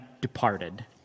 departed